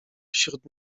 wśród